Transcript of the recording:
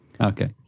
Okay